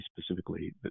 specifically